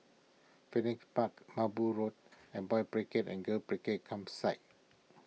Phoenix Park Merbau Road and Boys' Brigade and Girls' Brigade Campsite